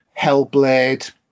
hellblade